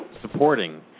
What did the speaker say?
supporting